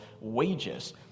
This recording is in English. wages